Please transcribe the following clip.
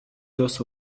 those